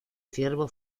ciervo